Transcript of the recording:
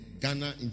Ghana